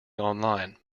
online